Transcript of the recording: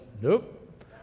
nope